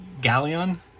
galleon